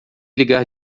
ligar